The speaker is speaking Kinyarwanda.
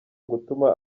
gutuma